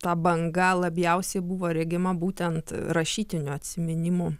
ta banga labiausiai buvo regima būtent rašytinių atsiminimų